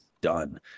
done